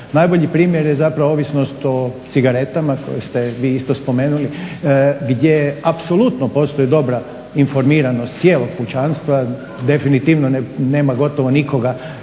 Najbolji primjer je zapravo ovisnost o cigaretama koje ste vi isto spomenuli, gdje apsolutno postoji dobra informiranost cijelog pučanstva, definitivno nema gotovo nikog,